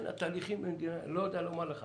אני חושב שמספיק חיכינו לאינטרנט המהיר.